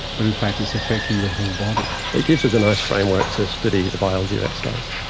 but in fact it's affecting your whole body. it gives us a nice framework to study the biology of exercise.